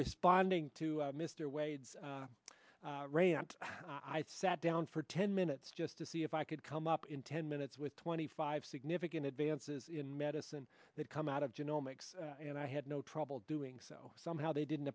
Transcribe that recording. responding to mr wade's rant i sat down for ten minutes just to see if i could come up in ten minutes with twenty five significant advances in medicine that come out of genomics and i had no trouble doing so somehow they didn't